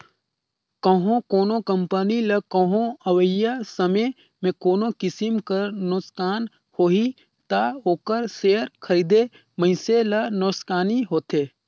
कहों कोनो कंपनी ल कहों अवइया समे में कोनो किसिम कर नोसकान होही ता ओकर सेयर खरीदे मइनसे ल नोसकानी होथे